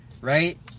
right